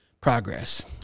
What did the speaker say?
progress